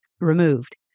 removed